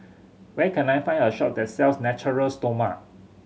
where can I find a shop that sells Natura Stoma